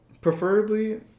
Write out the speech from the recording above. preferably